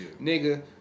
Nigga